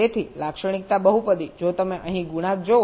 તેથી લાક્ષણિકતા બહુપદી જો તમે અહીં ગુણાંક જુઓ